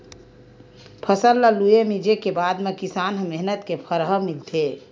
फसल ल लूए, मिंजे के बादे म किसान के मेहनत के फर ह मिलथे